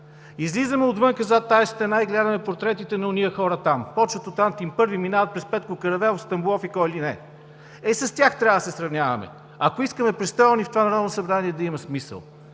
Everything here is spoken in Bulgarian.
Излизаме отвън, зад тази стена, и гледаме портретите на онези хора там – започват от Антим I, минават през Петко Каравелов, Стамболов и кого ли не. С тях трябва да се сравняваме, ако искаме престоят ни в това Народно събрание да има смисъл.